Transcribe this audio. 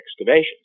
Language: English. excavations